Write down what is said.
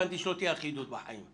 הבנתי שלא תהיה אחידות בחיים.